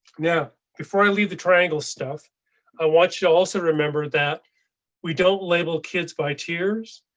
yeah, before i leave the triangle stuff i want you also remember that we don't label kids by tiers.